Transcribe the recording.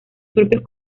propios